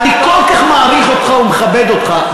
אני כל כך מעריך אותך ומכבד אותך,